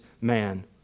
man